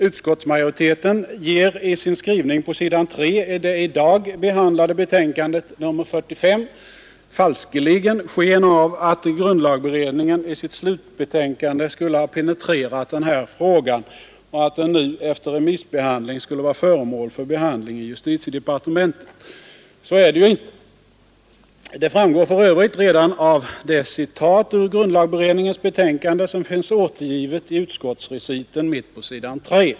Utskottsmajoriteten ger i sin skrivning på s. 3 i det i dag behandlade betänkandet nr 45 falskeligen sken av att grundlagberedningen i sitt slutbetänkande skulle ha penetrerat den här frågan och att den nu efter remissbehandling skulle vara föremål för behandling i justitiedepartementet. Så är det ju inte. Det framgår för Övrigt redan av det citat ur grundlagberedningens betänkande som finns återgivet i utskottsreciten på s. 3.